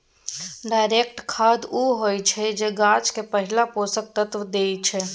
direct खाद उ होइ छै जे गाछ केँ पहिल पोषक तत्व दैत छै